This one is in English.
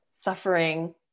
suffering